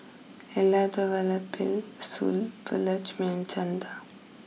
Elattuvalapil Subbulakshmi and Chanda